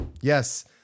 Yes